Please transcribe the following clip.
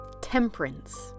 temperance